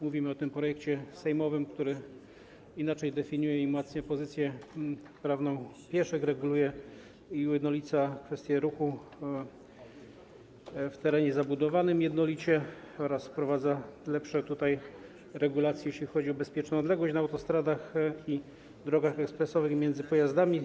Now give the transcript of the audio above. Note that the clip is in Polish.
Mówimy o tym projekcie sejmowym, który inaczej definiuje i umacnia pozycję prawną pieszych, reguluje i ujednolica kwestie ruchu w terenie zabudowanym oraz wprowadza lepsze regulacje, jeśli chodzi o bezpieczną odległość na autostradach i drogach ekspresowych między pojazdami.